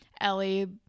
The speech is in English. Ellie